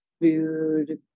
food